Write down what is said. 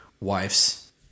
wives